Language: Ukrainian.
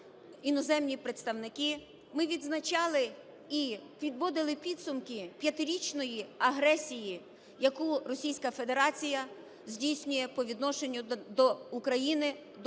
іноземні представники. Ми відзначали і підводили підсумки п'ятирічної агресії, яку Російська Федерація здійснює по відношенню до України, до українського